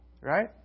Right